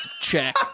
Check